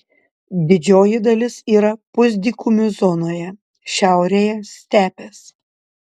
didžioji dalis yra pusdykumių zonoje šiaurėje stepės